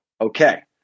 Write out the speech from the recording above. Okay